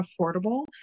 affordable